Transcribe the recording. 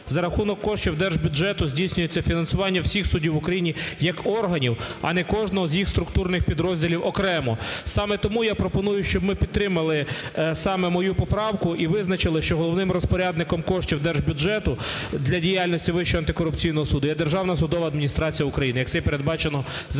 за рахунок коштів держбюджету здійснюється фінансування всіх судів в Україні як органів, а не кожного з їх структурних підрозділів окремо. Саме тому я пропоную, щоб ми підтримали саме мою поправку і визначили, що головним розпорядником коштів держбюджету для діяльності Вищого антикорупційного суду є Державна судова адміністрація України, як це й передбачено Законом